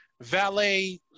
valet